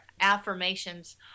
affirmations